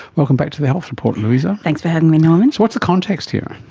welcome back to the health report, louisa. thanks for having me norman. so what's the context here?